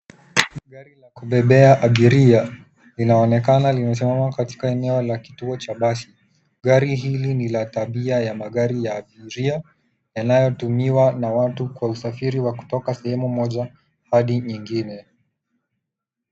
Gari la kubebea abiria linaonekana limesimama katika eneo la kituo cha basi, gari hili ni la tabia ya magari ya abiria yanayo tumiwa na watu kwas usafiri wa kutoka sehemu moja hadi nyingine.